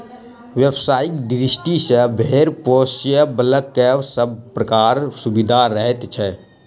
व्यवसायिक दृष्टि सॅ भेंड़ पोसयबला के सभ प्रकारक सुविधा रहैत छै